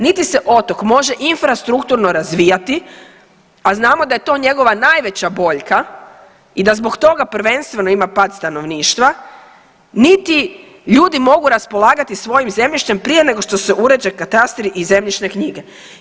Niti se otok može infrastrukturno razvijati, a znamo da je to njegova najveća boljka i da zbog toga prvenstveno ima pad stanovništva, niti ljudi mogu raspolagati svojim zemljištem prije nego se urede katastri i zemljišne knjige.